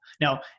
Now